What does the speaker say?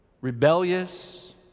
rebellious